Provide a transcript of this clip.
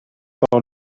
par